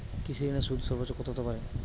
কৃষিঋণের সুদ সর্বোচ্চ কত হতে পারে?